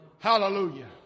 Hallelujah